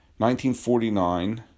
1949